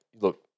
look